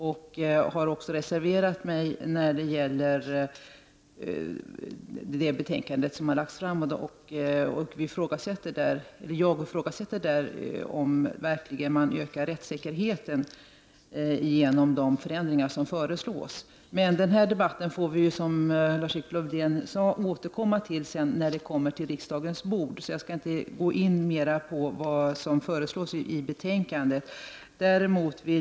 Jag har reserverat mig mot det betänkande som har framlagts och ifrågasatt om man verkligen ökar rättssäkerheten genom de förändringar som föreslås. Den här debatten får vi, som Lars-Erik Lövdén sade, återkomma till när frågan kommer på riksdagens bord. Därför skall jag inte nu gå in på vad som sägs i betänkandet.